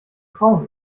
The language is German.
frauen